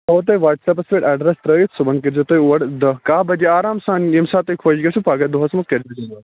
بہٕ تۄہہِ وَٹٕس اٮ۪پس پٮ۪ٹھ ایٚڈرس تٔرٲیِتھ صُبحن کٔرزیٚو تُہۍ اوڑ دَہ کاہہ بجے آرام سان ییٚمہِ ساتہٕ تۄہہِ خۄش گَژھو پَگاہ دۄہس منٛز کٔرزِ ڈیٚلِور